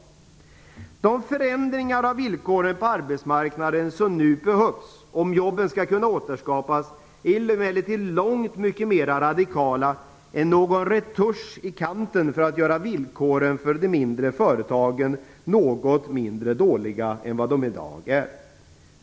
De förändringar av villkoren på arbetsmarknaden som nu behövs om jobben skall kunna återskapas är emellertid långt mer radikala än någon retusch i kanten för att göra villkoren för de mindre företagen något mindre dåliga än vad de i dag är.